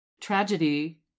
tragedy